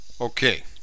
okay